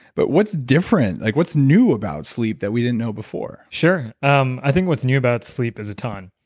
but what's different like what's new about sleep that we didn't know before? sure. um i think what's new about sleep as a ton.